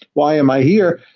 why am i here?